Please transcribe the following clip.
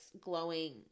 glowing